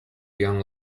young